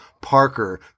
Parker